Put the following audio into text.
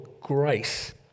grace